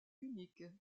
unique